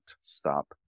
stop